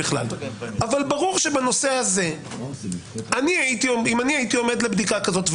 אבל ברור שבנושא הזה אם אני הייתי עומד לבדיקה כזאת,